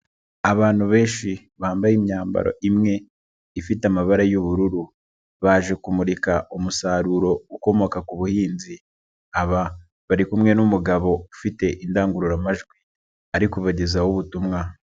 Abantu benshi bambaye imyambaro imwe ifite amabara y'ubururu, baje kumurika umusaruro ukomoka ku buhinzi, aba bari kumwe n'umugabo ufite indangururamajwi ari kubagezaho ubutumwa.